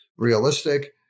Realistic